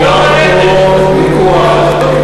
פה ויכוח.